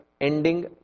ending